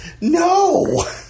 No